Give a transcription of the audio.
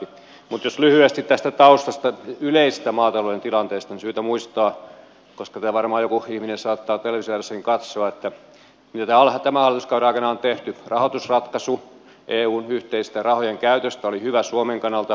mutta jos sanon lyhyesti tästä taustasta yleisestä maatalouden tilanteesta niin on syytä muistaa koska varmaan joku ihminen saattaa television ääressäkin katsoa että mitä tämän hallituskauden aikana on tehty että rahoitusratkaisu eun yhteisten rahojen käytöstä oli hyvä suomen kannalta